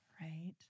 right